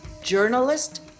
journalist